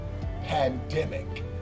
pandemic